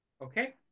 okay